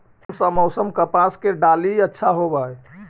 कोन सा मोसम कपास के डालीय अच्छा होबहय?